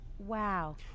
Wow